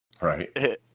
Right